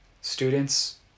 Students